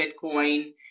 Bitcoin